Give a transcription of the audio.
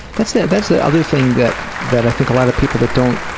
that's the that's the other thing that that i think a lot of people that don't